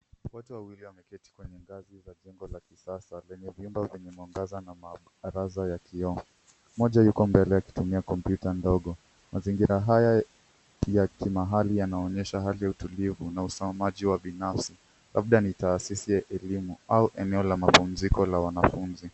Wate wawili wameketi kwenye ngazi za jimbo la kisasa lenye vyumba vya mwangaza na maaraza ya kioo. Moja yuko mbele akitumia kompyuta ndogo. Mazingira haya ya kimahali yanaonesha hali ya utulivu na usomaji wa binafsi, labda ni taasisi ya elimu au eneo la mapumziko la wanafunzi.